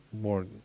more